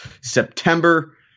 September